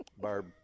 Barb